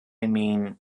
mean